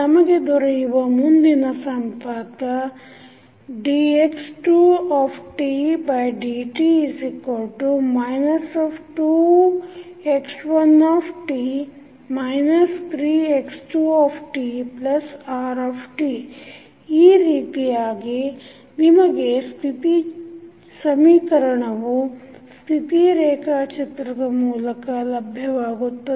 ನಮಗೆ ದೊರೆವ ಮುಂದಿನ ಸಂಪಾತ dx2dt 2x1t 3x2tr ಈ ರೀತಿಯಾಗಿ ನಿಮಗೆ ಸ್ಥಿತಿ ಸಮೀಕರಣವು ಸ್ಥಿತಿ ರೇಖಾ ಚಿತ್ರದ ಮೂಲಕ ಲಭ್ಯವಾಗುತ್ತದೆ